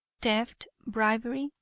theft, bribery,